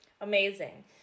Amazing